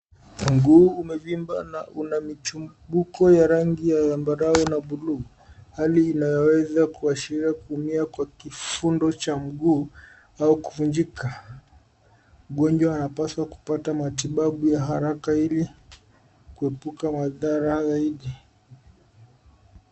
Mguu umevimba na una michibuko ya rangi ya zambarau na buluu, hali inayoweza ashiria kuumia kwa kifundo cha mguu au kuvunjika. Mgonjwa anapaswa kupata matibabu ya haraka ili kuepuka madhara zaidi.